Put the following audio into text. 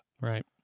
Right